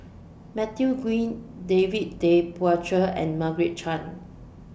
Matthew Ngui David Tay Poey Cher and Margaret Chan